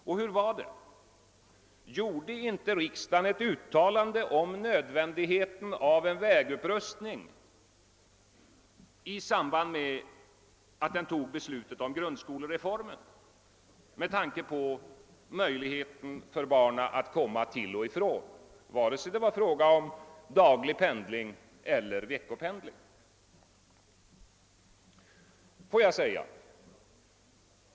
Och hur var det — gjorde inte riksdagen ett uttalande om nödvändigheten av en vägupprustning i samband med att den fattade beslutet om grundskolereformen med tanke på barnens möjlighet att komma till och från skolan, vare sig det var fråga om daglig pendling eller veckopendling?